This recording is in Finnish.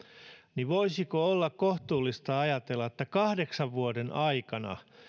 niin voisiko olla kohtuullista ajatella että kahdeksan vuoden aikana